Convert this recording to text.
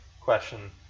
question